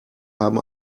haben